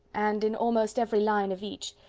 and in almost every line of each,